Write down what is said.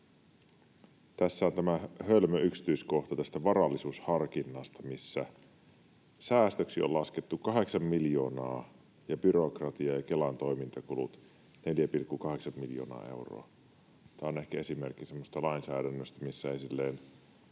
tässä on tämä hölmö yksityiskohta varallisuusharkinnasta, missä säästöksi on laskettu kahdeksan miljoonaa ja byrokratia- ja Kelan toimintakuluiksi 4,8 miljoonaa euroa. Tämä on ehkä esimerkki semmoisesta lainsäädännöstä, missä ei silleen...